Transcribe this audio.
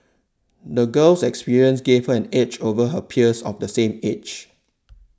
the girl's experiences gave her an edge over her peers of the same age